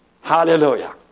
hallelujah